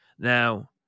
Now